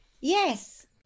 Yes